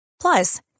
Plus